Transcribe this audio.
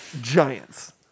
giants